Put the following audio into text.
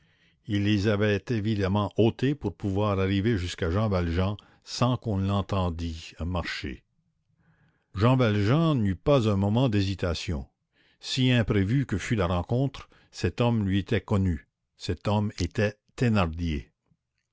il les avait évidemment ôtés pour pouvoir arriver jusqu'à jean valjean sans qu'on l'entendît marcher jean valjean n'eut pas un moment d'hésitation si imprévue que fût la rencontre cet homme lui était connu cet homme était thénardier